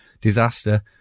disaster